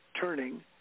turning